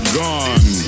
gone